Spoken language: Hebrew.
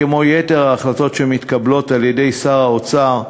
כמו יתר ההחלטות שמתקבלות על-ידי שר האוצר,